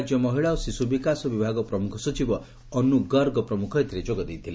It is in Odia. ରାଜ୍ୟ ମହିଳା ଓ ଶିଶୁ ବିକାଶ ବିଭାଗ ପ୍ରମୁଖ ସଚିବ ଅନୁ ଗର୍ଗ ପ୍ରମୁଖ ଏଥିରେ ଯୋଗଦେଇଥିଲେ